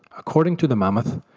according to the mammoth,